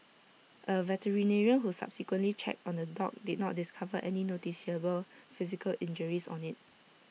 A veterinarian who subsequently checked on the dog did not discover any noticeable physical injuries on IT